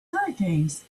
hurricanes